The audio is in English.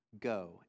Go